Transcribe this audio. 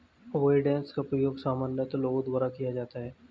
avoidance का प्रयोग सामान्यतः लोगों द्वारा किया जाता है